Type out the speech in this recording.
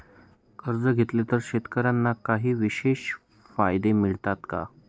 कर्ज घेतले तर शेतकऱ्यांना काही विशेष फायदे मिळतात का?